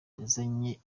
yazanye